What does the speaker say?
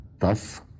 tough